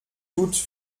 toutes